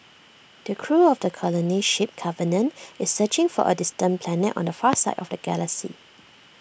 the crew of the colony ship covenant is searching for A distant planet on the far side of the galaxy